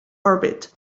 orbit